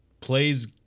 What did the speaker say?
plays